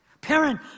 Parent